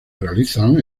realizan